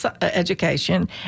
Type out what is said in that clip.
education